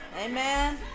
Amen